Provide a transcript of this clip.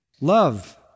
Love